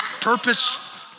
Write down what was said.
purpose